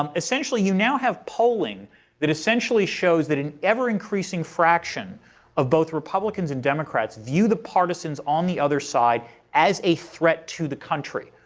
um essentially you now have polling that essentially shows that an ever increasing fraction of both republicans and democrats view the partisans on the other side as a threat to the country,